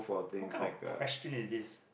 what kind of question is this